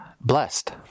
blessed